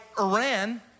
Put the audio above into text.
Iran